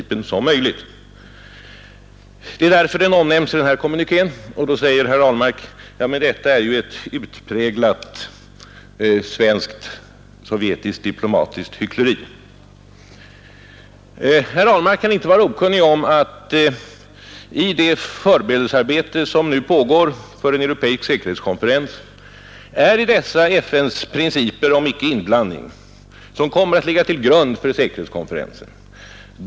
Det är därför den omnämns i denna kommuniké. Men då säger herr Ahlmark: Ja, men detta är ju ett utpräglat svenskt-sovjetiskt diplomatiskt hyckleri. Herr Ahlmark kan inte vara okunnig om att dessa FN:s principer om icke-inblandning ligger till grund för det förberedelsearbete som nu pågår för en europeisk säkerhetskonferens.